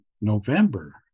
November